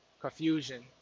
confusion